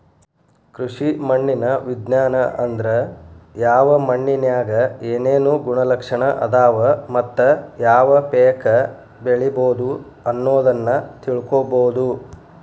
ಕೃಷಿ ಮಣ್ಣಿನ ವಿಜ್ಞಾನ ಅಂದ್ರ ಯಾವ ಮಣ್ಣಿನ್ಯಾಗ ಏನೇನು ಗುಣಲಕ್ಷಣ ಅದಾವ ಮತ್ತ ಯಾವ ಪೇಕ ಬೆಳಿಬೊದು ಅನ್ನೋದನ್ನ ತಿಳ್ಕೋಬೋದು